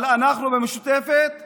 אבל אנחנו במשותפת מוכנים.